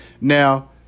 Now